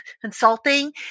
Consulting